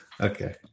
Okay